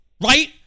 right